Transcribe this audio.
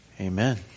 Amen